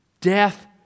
death